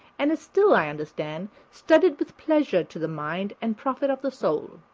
and is still, i understand, studied with pleasure to the mind and profit of the soul.